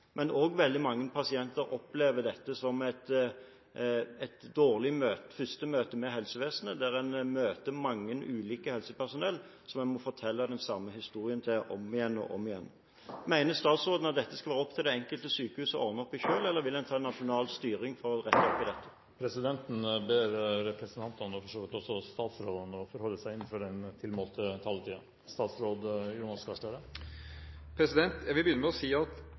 Veldig mange pasienter opplever også dette som et dårlig første møte med helsevesenet. Man har mange ulike møter med helsepersonell, som man må fortelle den samme historien til om og om igjen. Mener statsråden at dette skal være opp til det enkelte sykehus å ordne opp i selv, eller vil han ta nasjonal styring for å rette opp i dette? Presidenten ber representanten – og for så vidt også statsrådene – om å holde seg innenfor den tilmålte taletiden. Jeg vil begynne med å si at